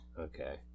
Okay